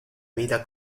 vida